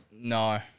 No